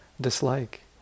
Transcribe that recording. dislike